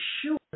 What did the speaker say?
sure